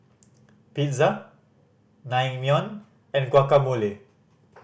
Pizza Naengmyeon and Guacamole